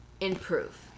improve